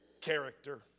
character